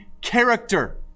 character